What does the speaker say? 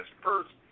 first